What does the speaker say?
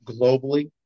globally